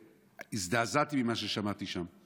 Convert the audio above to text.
והזדעזעתי ממה ששמעתי שם,